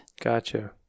Gotcha